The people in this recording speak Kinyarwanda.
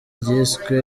ryiswe